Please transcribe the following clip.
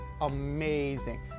amazing